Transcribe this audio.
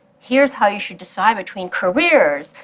here's how you should decide between careers,